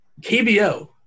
KBO